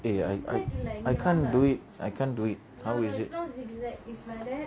eh I I I can't do it I can't do it how is it